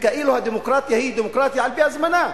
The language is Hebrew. כאילו הדמוקרטיה היא דמוקרטיה על-פי הזמנה.